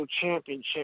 Championship